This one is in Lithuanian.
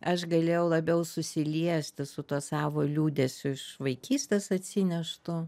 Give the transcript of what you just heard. aš galėjau labiau susiliesti su tuo savo liūdesiu iš vaikystės atsineštu